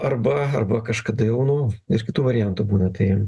arba arba kažkada jau nu ir kitų variantų būna tai